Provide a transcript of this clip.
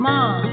Mom